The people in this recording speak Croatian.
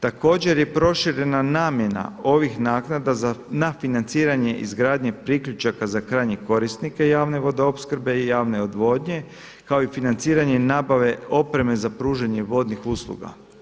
Također je proširena namjena ovih naknada na financiranje izgradnje priključaka za krajnje korisnike javne vodoopskrbe i javne odvodnje, kao i financiranje nabave opreme za pružanje vodnih usluga.